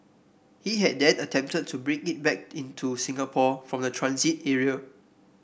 he had then attempted to bring it back in to Singapore from the transit area